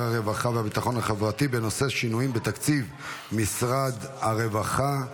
הרווחה והביטחון החברתי בנושא: שינויים בתקציב משרד הרווחה.